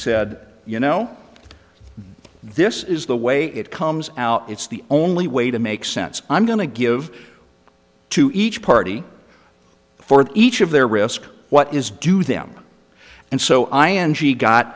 said you know this is the way it comes out it's the only way to make sense i'm going to give to each party for each of their risk what is due them and so i n g got